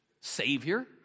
savior